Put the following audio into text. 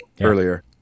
earlier